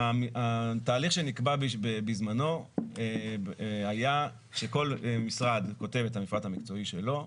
התהליך שנקבע בזמנו היה שכל משרד כותב את המפרט המקצועי שלו,